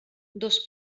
dos